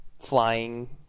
flying